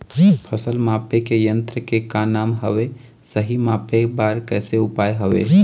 फसल मापे के यन्त्र के का नाम हवे, सही मापे बार कैसे उपाय हवे?